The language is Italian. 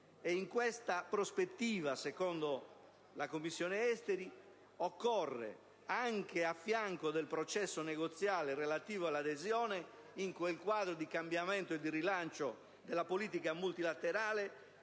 in questa prospettiva, secondo la Commissione esteri, occorre, a fianco del processo negoziale relativo all'adesione in quel quadro di cambiamento e rilancio della politica multilaterale,